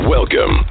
Welcome